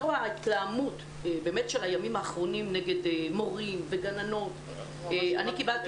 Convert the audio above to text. לאור ההתלהמות של הימים האחרונים נגד מורים וגננות קיבלתי